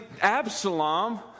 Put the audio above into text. Absalom